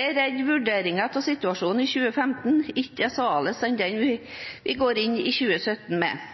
er redd vurderingen av situasjonen i 2015 ikke er så annerledes enn den vi går inn i 2017 med.